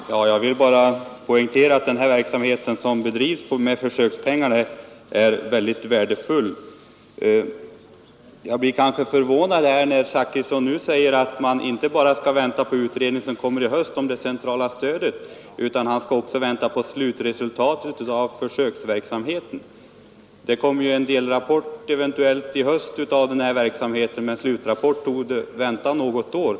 Fru talman! Jag vill bara poängtera att den verksamhet som bedrivs med försökspengarna är mycket värdefull. Kanske blev jag litet förvånad, när herr Zachrisson nu säger att man inte skall vänta bara på den utredning om det centrala stödet som kommer i höst, utan att man bör vänta även på slutresultatet av försöksverksamheten. Eventuellt kommer en delrapport i höst om denna verksamhet, medan slutrapporten kommer först om något år.